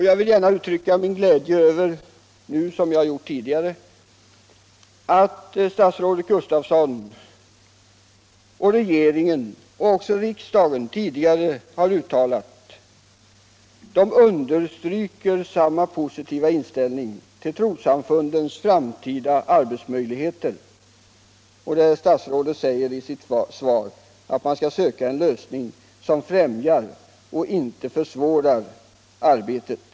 Jag vill gärna nu som tidigare uttrycka min glädje över att statsrådet Gustafsson — liksom både han själv, regeringen och riksdagen tidigare gjort — uttrycker en positiv inställning till samfundens framtida arbetsmöjligheter. Statsrådet säger i sitt svar att han skall söka en lösning som främjar och inte försvårar arbetet.